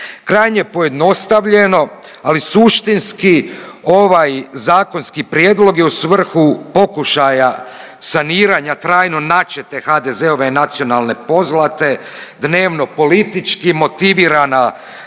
Krajnje pojednostavljeno, ali suštinski ovaj zakonski prijedlog je u svrhu pokušaja saniranja trajno načete HDZ-ove nacionalne pozlate dnevno politički motivirana